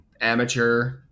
amateur